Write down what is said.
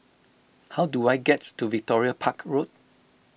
how do I get to Victoria Park Road